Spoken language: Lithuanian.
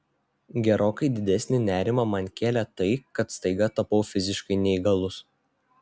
gerokai didesnį nerimą man kėlė tai kad staiga tapau fiziškai neįgalus